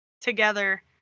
together